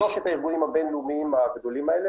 שלושת הארגונים הבין-לאומיים הגדולים האלה